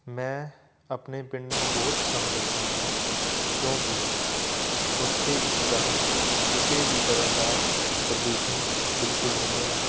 ਮੈਂ ਆਪਣੇ ਪਿੰਡ ਨੂੰ ਬਹੁਤ ਪਸੰਦ ਕਰਦਾ ਹਾਂ ਕਿਉਂਕਿ ਉੱਥੇ ਇੱਕ ਤਾਂ ਕਿਸੇ ਵੀ ਤਰ੍ਹਾਂ ਦਾ ਪ੍ਰਦੂਸ਼ਣ ਬਿਲਕੁਲ ਨਹੀਂ ਹੈ